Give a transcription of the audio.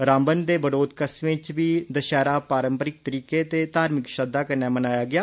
रामबन ते बटोत कस्बें च बी दशैहरा पारम्पारिक तरीकें ते धार्मिक श्रद्वा कन्नै मनाया गेआ